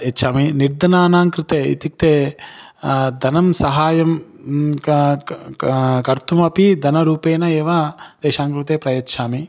यच्छामि निर्धनानां कृते इत्युक्ते धनं सहायं क क् का कर्तुमपि धनरूपेण एव तेषां कृते प्रयच्छामि